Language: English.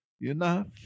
enough